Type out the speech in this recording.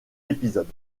épisodes